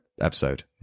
episode